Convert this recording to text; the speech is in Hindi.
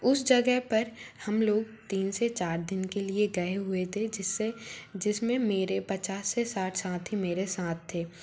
उस जगह पर हम लोग तीन से चार दिन के लिए गए हुए थे जिससे जिसमें मेरे पचास से साठ साथी मेरे साथ थे